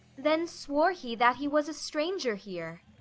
then swore he that he was a stranger here.